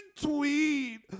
tweet